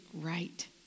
right